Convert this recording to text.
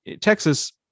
Texas